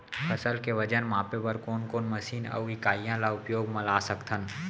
फसल के वजन मापे बर कोन कोन मशीन अऊ इकाइयां ला उपयोग मा ला सकथन?